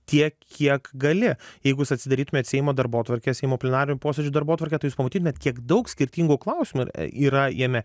tiek kiek gali jeigu jūs atsidarytumėt seimo darbotvarkę seimo plenarinių posėdžių darbotvarkę tai jūs pamatytumėt kiek daug skirtingų klausimų yra jame